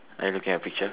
are you looking at picture